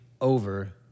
over